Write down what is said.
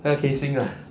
那个 casing lah